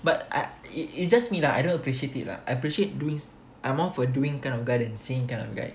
but I it it's just me lah I don't appreciate it lah I appreciate doing I'm all for doing kind of than seeing kind of guy